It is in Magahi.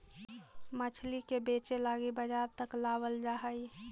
मछली के बेचे लागी बजार तक लाबल जा हई